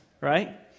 right